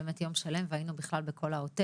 באמת ליום שלם והיינו בכלל בכל העוטף.